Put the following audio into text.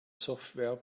software